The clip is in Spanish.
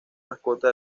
mascota